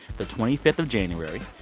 the twenty five of january.